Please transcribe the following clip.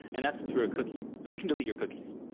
and that's through a cookie, but you can delete your cookies,